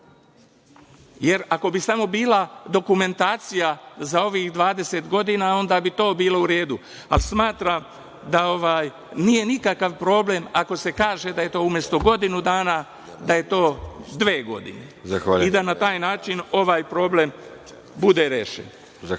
jer ako bi samo bila dokumentacija za ovih 20 godina onda bi to bilo u redu, ali smatram da nije nikakav problem ako se kaže da je umesto godinu dana, da je to dve godine i da na taj način ovaj problem bude rešen.